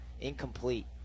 incomplete